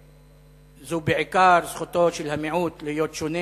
היא בעיקר זכותו של המיעוט להיות שונה